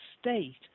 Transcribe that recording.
state